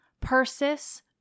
Persis